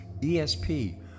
ESP